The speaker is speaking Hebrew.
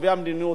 לקובעי המדיניות,